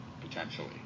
potentially